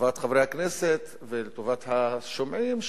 לטובת חברי הכנסת ולטובת השומעים,